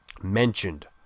mentioned